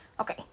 Okay